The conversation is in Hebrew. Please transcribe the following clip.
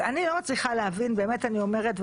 אני לא מצליחה להבין באמת אני אומרת,